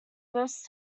first